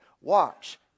Watch